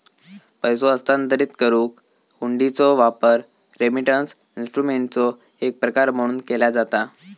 पैसो हस्तांतरित करुक हुंडीचो वापर रेमिटन्स इन्स्ट्रुमेंटचो एक प्रकार म्हणून केला जाता